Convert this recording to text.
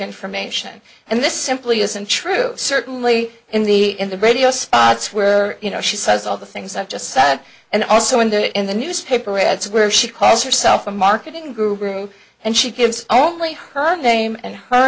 information and this simply isn't true certainly in the in the radio spots where you know she says all the things i've just said and also in the in the newspaper ads where she calls herself a marketing guru and she gives only her name and her